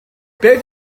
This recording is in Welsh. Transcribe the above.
beth